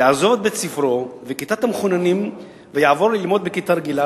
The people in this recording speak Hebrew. יעזוב את בית-ספרו ואת כיתת המחוננים ויעבור ללמוד בכיתה רגילה,